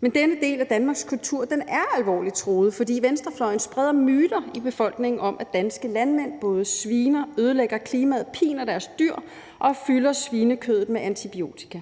men denne del af Danmarks kultur er alvorligt truet, fordi venstrefløjen spreder myter i befolkningen om, at danske landmænd både sviner, ødelægger klimaet, piner deres dyr og fylder svinekødet med antibiotika.